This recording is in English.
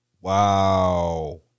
Wow